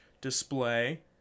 display